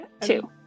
two